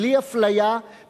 בלי אפליה,